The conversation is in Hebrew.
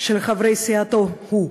של חברי סיעתו הוא.